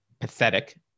pathetic